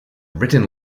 written